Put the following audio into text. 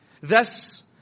Thus